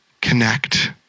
connect